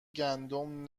گندم